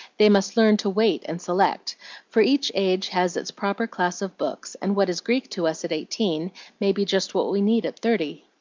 they must learn to wait and select for each age has its proper class of books, and what is greek to us at eighteen may be just what we need at thirty.